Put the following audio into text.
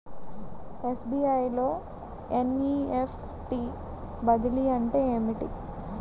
SBI లో NEFT బదిలీ అంటే ఏమిటి?